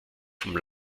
vom